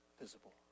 visible